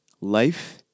life